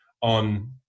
on